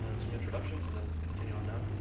ah some introductions, and then continue on down.